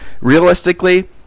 realistically